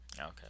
Okay